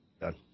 done